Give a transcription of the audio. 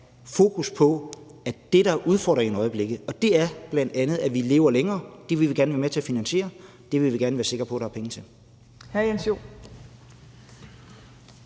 fokus på, hvad der er udfordringen i øjeblikket, og det er bl.a., at vi lever længere. Det vil vi gerne være med til at finansiere, og det vil vi gerne være sikre på at der er penge til.